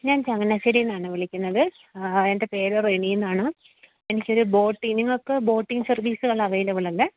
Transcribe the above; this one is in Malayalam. ഞാൻ ചങ്ങനാശ്ശേരീന്നാണ് വിളിക്കുന്നത് എൻ്റെ പേര് റെനിയെന്നാണ് എനിക്കൊരു ബോട്ടി നിങ്ങൾക്ക് ബോട്ടിങ്ങ് സർവീസുകൾ അവൈലബിൾ അല്ലേ